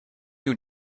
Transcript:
you